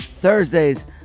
Thursdays